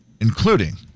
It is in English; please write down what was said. including